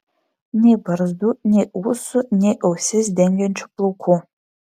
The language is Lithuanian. nei barzdų nei ūsų nei ausis dengiančių plaukų